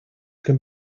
can